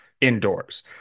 indoors